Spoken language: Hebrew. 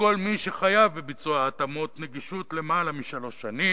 מכל מי שחייב בביצוע התאמות נגישות למעלה משלוש שנים,